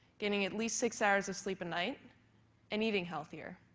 getting at least six hours of sleep a night and eating healthier.